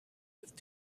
with